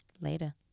Later